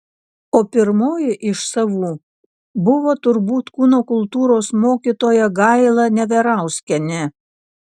o pirmoji iš savų buvo turbūt kūno kultūros mokytoja gaila neverauskienė